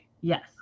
yes